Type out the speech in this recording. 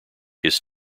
his